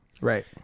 Right